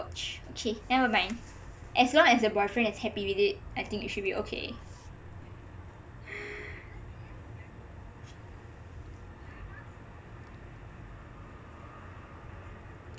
!ouch! okay nevermind as long as the boyfriend is happy with it I think it should be okay